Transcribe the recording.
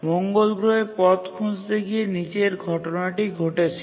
মঙ্গল গ্রহে পথ খুঁজতে গিয়ে নিচের ঘটনাটি ঘটেছিল